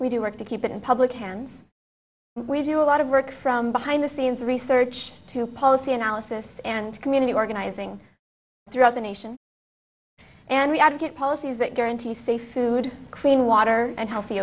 we do work to keep it in public hands we do a lot of work from behind the scenes research to policy analysis and community organizing throughout the nation and we've got to get policies that guarantee safe food clean water and healthy